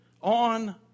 on